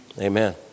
Amen